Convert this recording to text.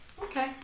Okay